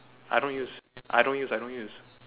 I don't use I don't use I don't use